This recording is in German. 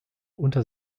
unter